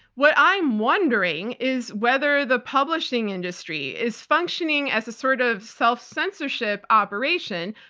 what i'm wondering is whether the publishing industry is functioning as a sort of self-censorship operation,